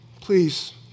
please